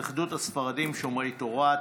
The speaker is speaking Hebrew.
התאחדות הספרדים שומרי תורה,